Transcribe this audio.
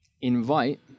invite